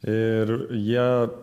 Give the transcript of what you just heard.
ir jie